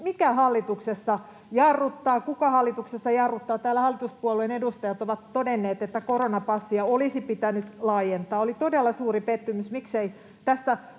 mikä hallituksessa jarruttaa, kuka hallituksessa jarruttaa. Täällä hallituspuolueen edustajat ovat todenneet, että koronapassia olisi pitänyt laajentaa. Oli todella suuri pettymys,